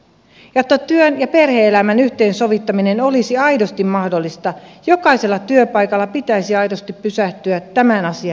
jotta työn ja perhe elämän yhteensovittaminen olisi aidosti mahdollista jokaisella työpaikalla pitäisi aidosti pysähtyä tämän asian ääreen